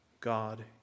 God